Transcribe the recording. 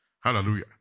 Hallelujah